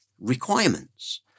requirements